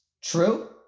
True